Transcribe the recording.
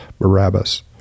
Barabbas